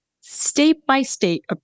state-by-state